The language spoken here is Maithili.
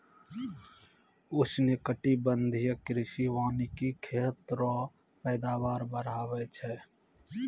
उष्णकटिबंधीय कृषि वानिकी खेत रो पैदावार बढ़ाबै छै